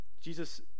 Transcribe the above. Jesus